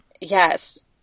Yes